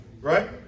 Right